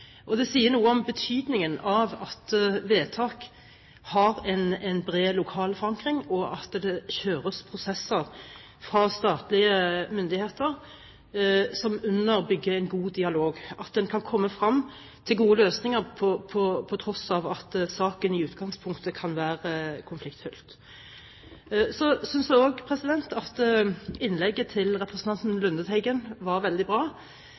Hardanger. Det sier noe om betydningen av at vedtak har en bred lokal forankring, og at det kjøres prosesser fra statlige myndigheter som underbygger en god dialog, slik at en kan komme frem til gode løsninger på tross av at saken i utgangspunktet kan være konfliktfylt. Så synes jeg også at innlegget til representanten Lundteigen var veldig bra.